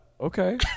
okay